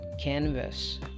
canvas